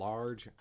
Large